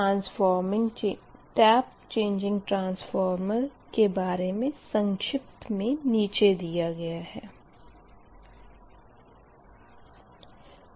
transformer changing transformer के बारे में संक्षिप्त में नीचे दिया गया है